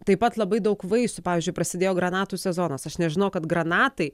taip pat labai daug vaisių pavyzdžiui prasidėjo granatų sezonas aš nežinojau kad granatai